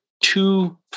two